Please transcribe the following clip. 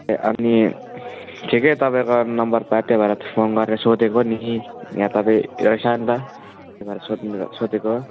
अनि ठिकै तपाईँको नम्बर पाएँ त्यही भएर फोन गरेर सोधेको नि यहाँ त फेरि त्यही छ नि त त्यही भएर सोध् सोधेको